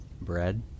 bread